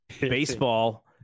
baseball